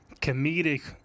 comedic